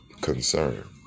concern